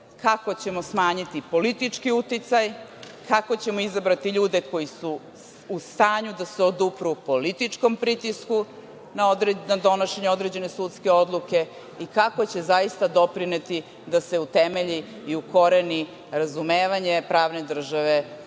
kako ćemo smanjiti politički uticaj, kako ćemo izabrati ljude koji su u stanju da se odupru političkom pritisku na donošenje određene sudske odluke, i kako će zaista doprineti da se utemelji i ukoreni razumevanje pravne države